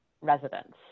residents